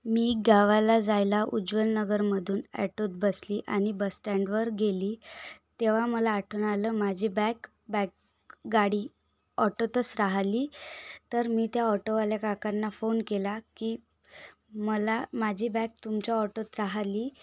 मी गावाला जायला उज्वल नगरमधून ॲटोत बसली आणि बसस्टँडवर गेली तेव्हा मला आठवण आलं माझी बॅग बॅग गाडी ऑटोतच राहिली तर मी त्या ऑटोवाल्या काकांना फोन केला की मला माझी बॅग तुमच्या ऑटोत राहिली